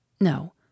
No